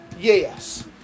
Yes